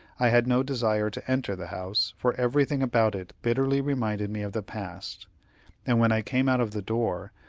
i had no desire to enter the house, for everything about it bitterly reminded me of the past and when i came out of the door,